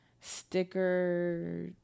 sticker